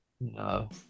No